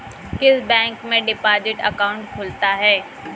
किस बैंक में deposit account खुलता है?